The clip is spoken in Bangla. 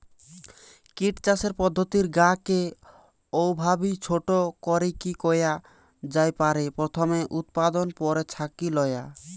কিট চাষের পদ্ধতির গা কে অউভাবি ছোট করিকি কয়া জাই পারে, প্রথমে উতপাদন, পরে ছাকি লয়া